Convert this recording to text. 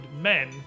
men